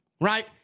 right